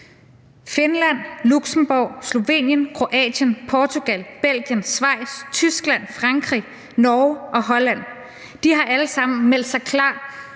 Finland, Luxembourg, Slovenien, Kroatien, Portugal, Belgien, Schweiz, Tyskland, Frankrig, Norge og Holland har alle sammen meldt sig klar